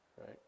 right